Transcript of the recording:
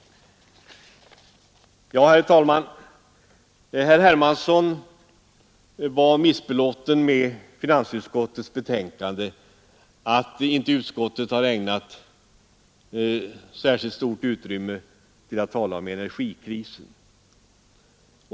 Herr talman! Herr Hermansson var missbelåten med att finansutskottet inte hade ägnat särskilt stort utrymme i sitt betänkande åt att tala om energikrisen.